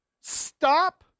stop